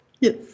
Yes